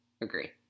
Agree